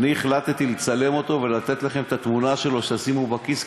אני החלטתי לצלם אותו ולתת לכם את התמונה שלו שתשימו בכיס,